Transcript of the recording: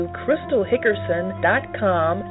crystalhickerson.com